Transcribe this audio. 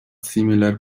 similar